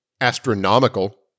astronomical